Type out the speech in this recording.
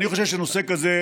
אני חושב שנושא כזה,